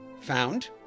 Found